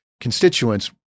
constituents